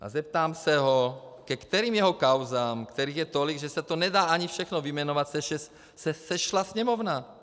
A zeptám se ho, ke kterým jeho kauzám, kterých je tolik, že se to nedá ani všechno vyjmenovat, se sešla Sněmovna?